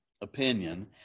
opinion